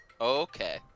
Okay